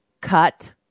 cut